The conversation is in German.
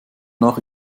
nach